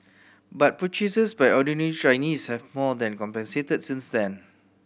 but purchases by ordinary Chinese have more than compensated since then